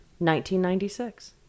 1996